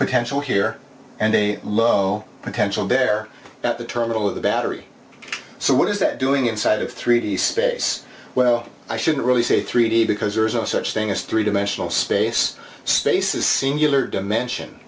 potential here and a low potential there at the terminal of the battery so what is that doing inside of three d space well i shouldn't really say three d because there is no such thing as three dimensional space space is sr dimension